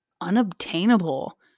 unobtainable